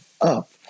up